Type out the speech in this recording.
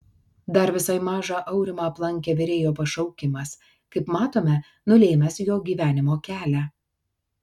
dar visai mažą aurimą aplankė virėjo pašaukimas kaip matome nulėmęs jo gyvenimo kelią